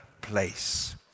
place